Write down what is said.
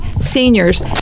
seniors